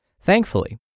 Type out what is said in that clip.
Thankfully